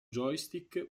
joystick